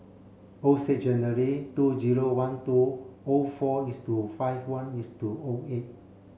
O six January two zero one two O four is to five one is to O eight